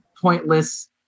pointless